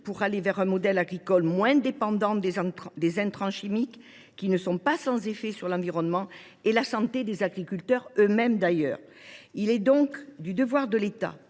pour aller vers un modèle agricole moins dépendant des intrants chimiques, qui ne sont pas sans effets sur l’environnement ni sur la santé des agriculteurs eux mêmes. Il est donc du devoir de l’État